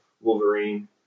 Wolverine